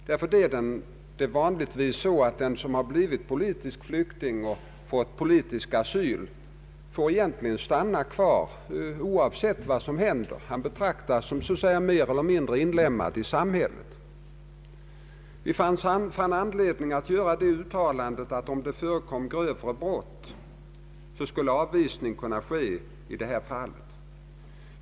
Det är nämligen så att den som betraktas som politisk flykting och har fått politisk asyl får stanna kvar oavsett vad som sedan händer. Han betraktas som mer eller mindre inlemmad i samhället. Vi fann dock anledning att i deklarationen göra det uttalandet att avvisning skulle kunna ske om grövre brott förekom.